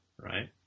right